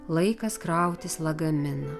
laikas krautis lagaminą